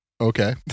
Okay